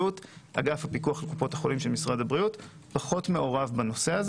אגף הפיקוח על קופות החולים של משרד הבריאות פחות מעורב בנושא.